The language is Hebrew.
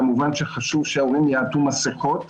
כמובן שחשוב שההורים יעטו מסכות,